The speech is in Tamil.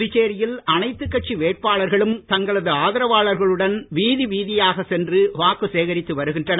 புதுச்சேரியில் அனைத்து கட்சி வேட்பாளர்களும் தங்களது ஆதரவாளர்களுடன் வீதி வீதியாக சென்று வாக்கு சேகரித்து வருகின்றனர்